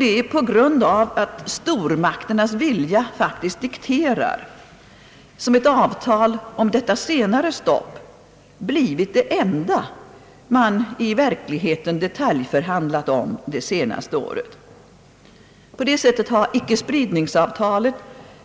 Det är på grund av att stormakternas vilja faktiskt dikterar, som ett avtal om detta senare stopp blivit det enda man i verkligheten detaljförhandlat om det senaste året. På det sättet har icke-spridningsavtalet